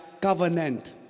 covenant